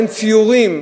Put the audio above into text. אין ציורים,